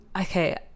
okay